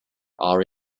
are